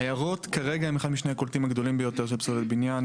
היערות כרגע הם אחד משני הקולטים הגדולים ביותר של פסולת בניין,